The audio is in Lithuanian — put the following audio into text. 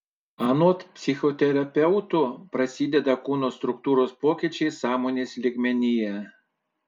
anot psichoterapeutų prasideda kūno struktūros pokyčiai sąmonės lygmenyje